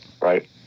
right